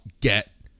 get